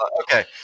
Okay